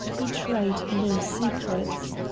betrayed no secret.